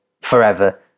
forever